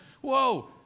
Whoa